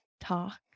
talk